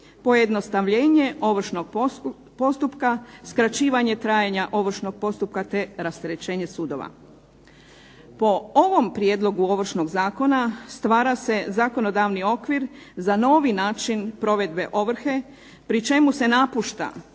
pojednostavljenje ovršnog postupka, skraćivanje trajanja ovršnog postupka te rasterećenje sudova. Po ovom Prijedlogu Ovršnog zakona stvara se zakonodavni okvir za novi način ovrhe pri čemu se napušta